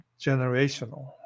generational